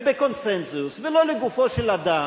ובקונסנזוס, ולא לגופו של אדם,